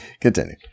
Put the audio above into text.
Continue